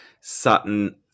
Sutton